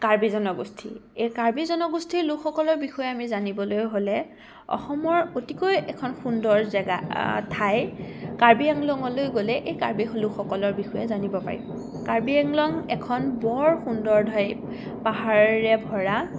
কাৰ্বি জনগোষ্ঠী এই কাৰ্বি জনগোষ্ঠীৰ লোকসকলৰ বিষয়ে আমি জানিবলৈ হ'লে অসমৰ অতিকৈ এখন সুন্দৰ জেগা ঠাই কাৰ্বি আংলঙলৈ গ'লে এই কাৰ্বি লোকসকলৰ বিষয়ে জানিব পাৰি কাৰ্বি আংলং এখন বৰ সুন্দৰ ঠাই পাহাৰৰে ভৰা